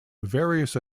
various